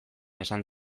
esan